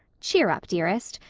cheer up, dearest.